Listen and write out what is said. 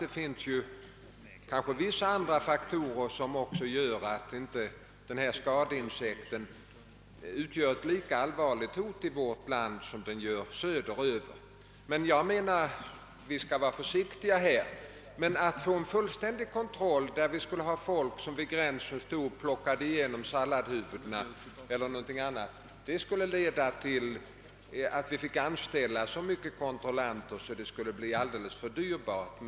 Det finns vissa andra faktorer som gör att denna skadeinsekt inte utgör ett lika allvarligt hot i vårt land som den gör söderöver. Men jag menar att vi ändå skall vara försiktiga. För att kunna genomföra en fullständig kontroll med folk som vid gränsen plockar igenom t.ex. salladshuvudena skulle vi emellertid bli tvungna att anställa så många kontrollanter att den proceduren bleve alldeles för dyrbar.